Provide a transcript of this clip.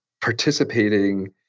participating